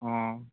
অঁ